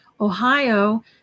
Ohio